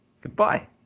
goodbye